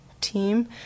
team